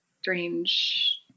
strange